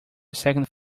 second